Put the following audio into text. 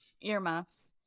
Earmuffs